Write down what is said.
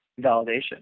validation